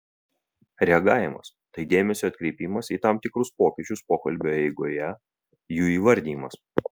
reagavimas tai dėmesio atkreipimas į tam tikrus pokyčius pokalbio eigoje jų įvardijimas